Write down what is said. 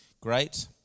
great